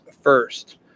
first